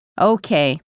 Okay